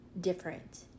different